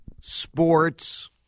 sports